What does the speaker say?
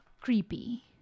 Creepy